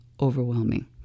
overwhelming